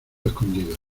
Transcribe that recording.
escondido